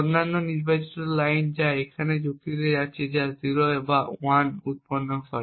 অন্যান্য নির্বাচিত লাইন যা এখানে একটি যুক্তিতে যাচ্ছে যা 0 বা 1 উৎপন্ন করে